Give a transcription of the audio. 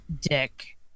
dick